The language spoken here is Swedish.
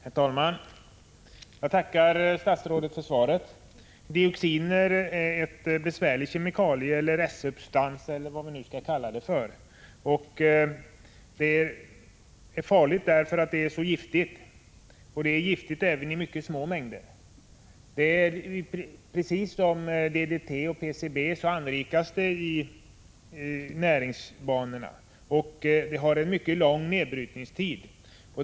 Herr talman! Jag tackar statsrådet för svaret. Dioxiner är besvärliga kemikalier, restsubstanser eller vad man nu vill kalla dem. De är mycket giftiga även i små mängder. Precis som DDT och PCB anrikas i de näringskedjorna och har en mycket lång nedbrytningstid.